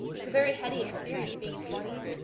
it's a very heady experience being twenty,